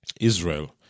Israel